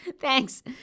Thanks